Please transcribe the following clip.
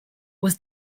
was